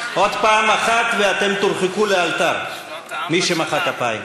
עוד פעם אחת ואתם תורחקו לאלתר, מי שמחא כפיים.